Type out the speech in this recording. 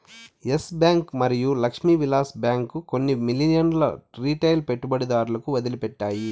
yes Bank మరియు Lakshmi Vilas Bank కొన్ని మిలియన్ల రిటైల్ పెట్టుబడిదారులను వదిలిపెట్టాయి